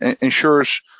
ensures